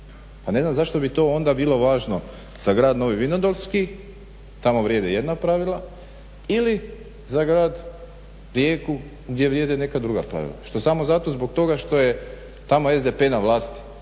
Pa ne znam zašto bi to onda bilo važno za grad Novi Vinodolski. Tamo vrijede jedna pravila ili za grad Rijeku gdje vrijede neka druga pravila što samo zato zbog toga što je SDP na vlasti